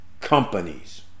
companies